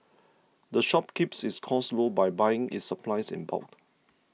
the shop keeps its costs low by buying its supplies in bulk